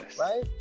Right